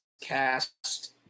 cast